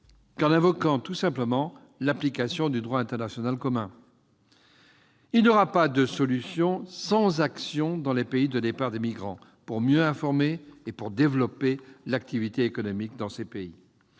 qu'en invoquant l'application du droit international commun ? Il n'y aura pas de solution sans action dans les pays de départ des migrants : il faudra mieux informer et développer l'activité économique. Le